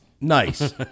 nice